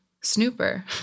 Snooper